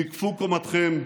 זקפו קומתכם.